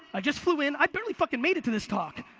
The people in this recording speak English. i just flew in. i barely fucking made it to this talk.